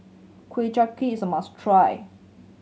Ku Chai Kuih is a must try